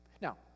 Now